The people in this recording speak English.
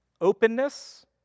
openness